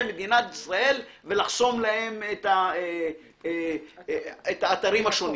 מדינת ישראל ולחסום להם את האתרים השונים.